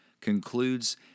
concludes